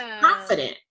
confident